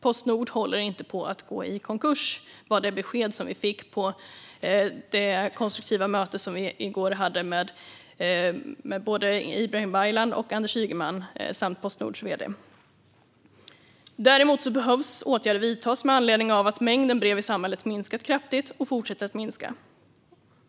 Postnord håller inte på att gå i konkurs, var det besked som vi fick på det konstruktiva möte som vi i går hade med Ibrahim Baylan och Anders Ygeman samt Postnords vd. Däremot behöver åtgärder vidtas med anledning av att mängden brev i samhället minskat kraftigt och fortsätter att minska.